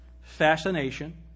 Fascination